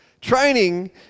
Training